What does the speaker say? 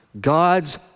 God's